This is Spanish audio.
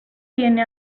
tiene